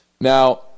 Now